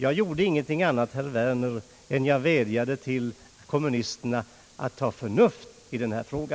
Jag gjorde ingenting annat, herr Werner, än att jag vädjade till kommunisterna att ta förnuft i denna fråga.